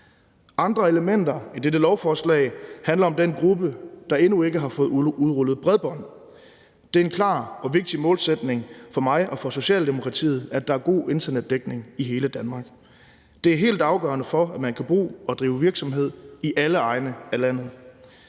Andre elementer i dette lovforslag handler om den gruppe, der endnu ikke har fået udrullet bredbånd. Det er en klar og vigtig målsætning for mig og for Socialdemokratiet, at der er god internetdækning i hele Danmark. Det er helt afgørende for, at man kan bo og drive virksomhed i alle egne af landet.